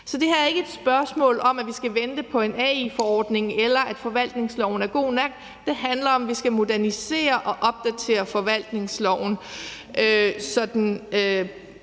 Så det her er ikke spørgsmålet om, at vi skal vente på en AI-forordning, eller at forvaltningsloven er god nok; det handler om, at vi skal modernisere og opdatere forvaltningsloven,